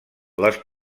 les